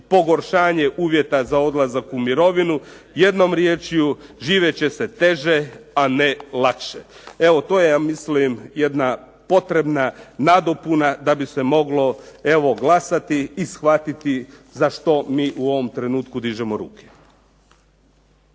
pogoršanje uvjeta za odlazak u mirovinu. Jednom riječju živjet će se teže, a ne lakše. Evo to je ja mislim jedna potrebna nadopuna da bi se moglo glasati i shvatiti za što mi u ovom trenutku dižemo ruke.